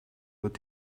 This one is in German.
wird